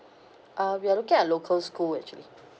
ah we're looking at local school actually